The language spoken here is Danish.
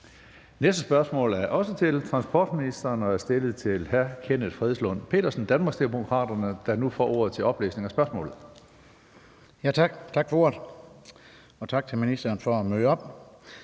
Næste spørgsmål er også til transportministeren og er stillet af hr. Kenneth Fredslund Petersen, Danmarksdemokraterne, der nu får ordet til oplæsning af spørgsmålet. Kl. 14:43 Spm. nr. S 907 16)